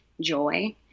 joy